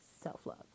self-love